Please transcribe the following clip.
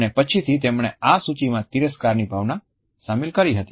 અને પછીથી તેમણે આ સૂચિમાં તિરસ્કારની ભાવના શામેલ કરી હતી